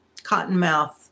cottonmouth